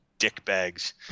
dickbags